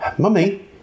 Mummy